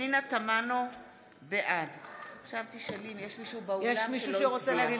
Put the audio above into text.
בעד יש מישהו שרוצה להצביע?